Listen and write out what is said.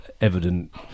Evident